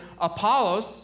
Apollos